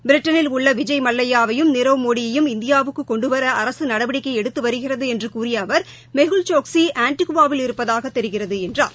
பிரிட்டனில் உள்ள விஜய் மல்லையா வையும் நீரவ் மோடியையும் இந்தியாவுக்கு னென்டுவர அரசு நடவடிக்கை எடுத்து வருகிறது என்று கூறிய அவர் மெகுல் சேக்சி ஆண்டிகுவா வில் இருப்பதாக தெரிகிறது என்றார்